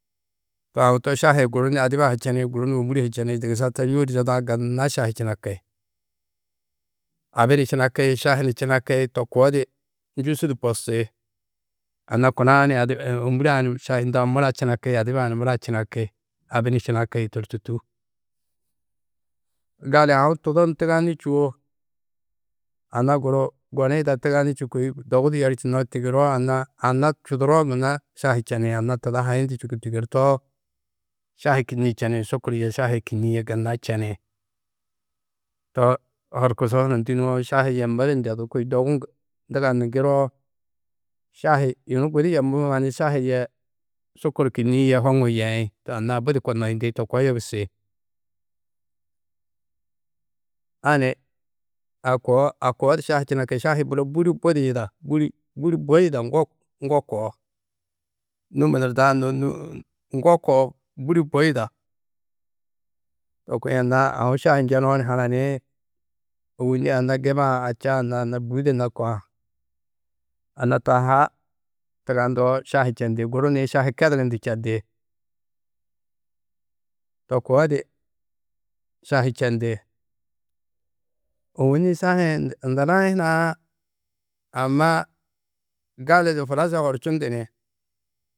To aũ to šahi-ĩ guru ni adiba ha ni čeni guru ni ômure he čeni dugusa taa yûodi zodã gunna šahi činaki. Abi ni činaki šahi ni činaki to koo di njûsu di bosi. Anna kuna-ã ni ômure-ã ni šahi hundã mura činaki, adiba-ã ni mura činaki, abi ni činaki to tûrtu. Gali aũ tudo nû tuganî čûwo anna guru goni yida tugani čî kôi dogu du yerčino tigiroo anna, anna čuduroo gunna šahi čeni anna tuda hayindu čûku tigirtoo šahi kinniĩ čeni sukur yê šahi kînniĩ yê gunna čeni. To horkusu hunu ndî nuwo šahi yammó du ndedú kô i dogu nduganu ŋgiroo šahi, yunu gudi yemoo mannu šahi yê sukur kînniĩ yê hoŋuũ yeĩ. To anna-ã budi konnoyindi to koo yogusi. A ni a koo a koo di šahi činaki, Šahi-ĩ muro bûri budi yida, bûri bui yida ŋgo koo, Nû munurdaã no nû, ŋgo koo bûri bui yida. To kuĩ anna aũ šahi njenoo ni hananiĩ, Ôwonni anna giba-ã ača-ã na anna bûgude na koa, anna taa ha tugandoo šahi čendi guru ni šahi kedugundu čendi. To koo di šahi čendi. Ôwonni šahi-ĩ ndunaĩ hunã amma gali du huraša horčundu ni.